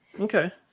Okay